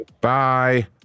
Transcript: Bye